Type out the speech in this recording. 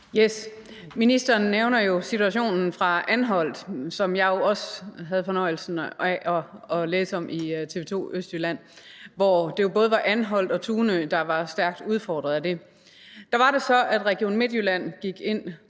(DF): Ministeren nævner jo situationen fra Anholt, som jeg jo også havde fornøjelsen af at læse om på TV 2 Østjylland. Det var både Anholt og Tunø, der var stærkt udfordret af det. Og der var det så, at Region Midtjylland gik ind